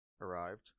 Arrived